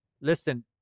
Listen